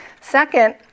Second